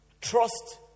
Trust